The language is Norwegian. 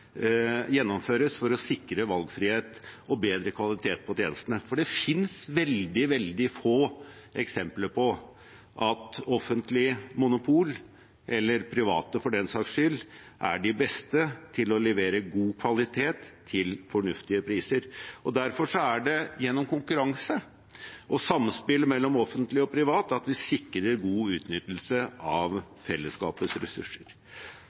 gjennomføres for å sikre valgfrihet og bedre kvalitet i tjenestene, for det finnes veldig, veldig få eksempler på at offentlig monopol – eller private for den saks skyld – er de beste til å levere god kvalitet til fornuftige priser. Derfor er det gjennom konkurranse og samspill mellom offentlig og privat sektor vi sikrer god utnyttelse av fellesskapets ressurser.